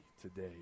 today